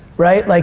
right? like